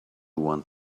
want